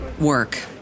work